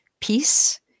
peace